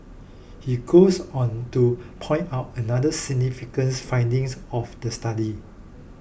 he goes on to point out another significant findings of the study